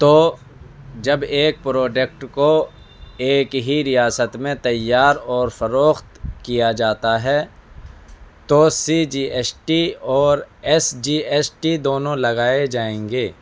تو جب ایک پروڈکٹ کو ایک ہی ریاست میں تیار اور فروخت کیا جاتا ہے تو سی جی ایس ٹی اور ایس جی ایس ٹی دونوں لگائے جائیں گے